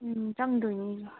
ꯎꯝ ꯆꯪꯗꯣꯏꯅꯤ